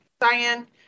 Diane